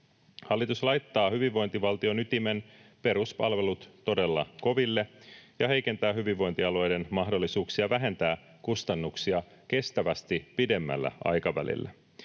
Hallitus laittaa hyvinvointivaltion ytimen, peruspalvelut, todella koville ja heikentää hyvinvointialueiden mahdollisuuksia vähentää kustannuksia kestävästi pidemmällä aikavälillä.